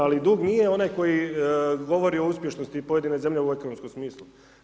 Ali dug nije onaj koji govori o uspješnosti pojedine zemlje u ekonomskom smislu.